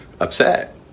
upset